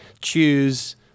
choose